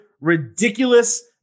ridiculous